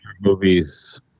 movies